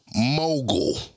mogul